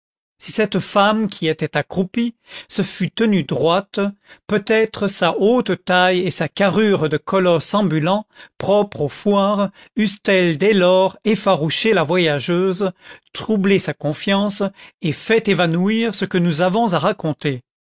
si cette femme qui était accroupie se fût tenue droite peut-être sa haute taille et sa carrure de colosse ambulant propre aux foires eussent elles dès l'abord effarouché la voyageuse troublé sa confiance et fait évanouir ce que nous avons à raconter